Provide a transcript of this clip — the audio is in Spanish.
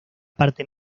parte